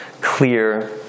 clear